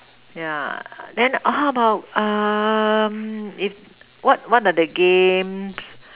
yeah then how about um if what what are the games